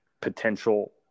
potential